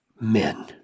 men